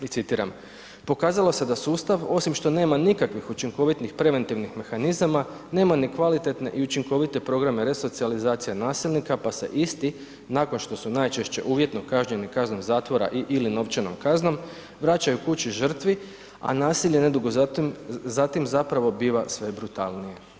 I citiram: „Pokazalo se da sustav osim što nema nikakvih učinkovitih preventivnih mehanizama nema ni kvalitetne i učinkovite programe resocijalizacije nasilnika pa se isti nakon što su najčešće uvjetno kažnjeni kaznom zakon ali novčanom kaznom vraćaju kući žrtvi a nasilje nedugo zatim zapravo biva sve brutalnije.